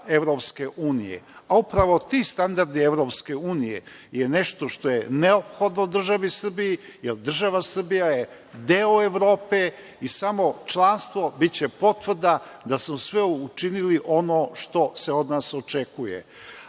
EU. Upravo ti standardi EU su nešto što je neophodno državi Srbiji, jer država Srbija je deo Evrope i samo članstvo biće potvrda da smo sve učinili ono što se od nas očekuje. Od